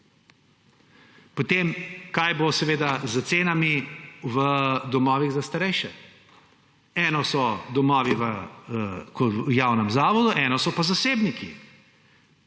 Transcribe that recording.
Kaj bo s cenami v domovih za starejše? Eno so domovi v javnem zavodu, eno so pa zasebniki.